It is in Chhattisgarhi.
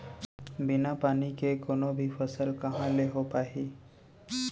बिना पानी के कोनो भी फसल कहॉं ले हो पाही?